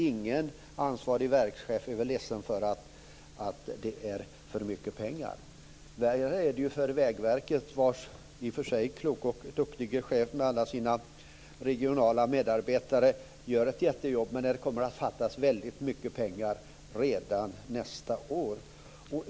Ingen ansvarig verkschef är väl ledsen för att det är för mycket pengar. Men för Vägverket, vars i och för sig kloke och duktige chef med alla sina regionala medarbetare gör ett väldigt bra jobb, kommer det att fattas väldigt mycket pengar redan nästa år.